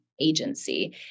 agency